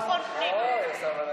אני רוצה ביטחון הפנים.